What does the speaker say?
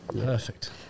Perfect